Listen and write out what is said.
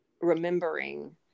remembering